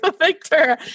Victor